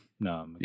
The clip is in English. No